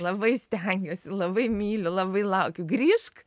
labai stengiuosi labai myliu labai laukiu grįžk